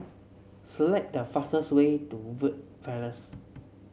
select the fastest way to Verde Place